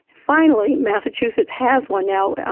finally, massachusetts has one now.